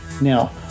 Now